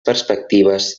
perspectives